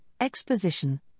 exposition